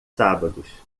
sábados